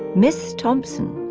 miss thompson,